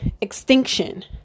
extinction